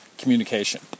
communication